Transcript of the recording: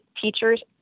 teachers